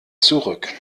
zurück